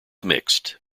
mixed